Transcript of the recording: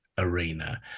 arena